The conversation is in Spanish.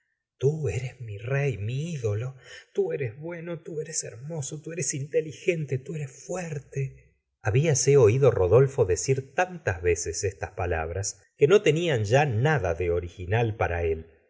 tú eres mi rey mi idolo tú eres bueno tú eres hgrmoso tú eres inteligente tú eres fuerte habiase oído rodolfo decir tantas veces estas palabras que no tenian ya nada de original para él